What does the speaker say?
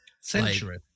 Century